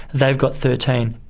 they've got thirteen.